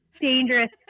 dangerous